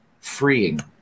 freeing